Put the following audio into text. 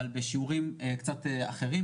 אבל בשיעורים קצת אחרים.